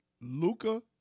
Luca